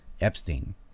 Epstein